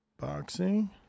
Boxing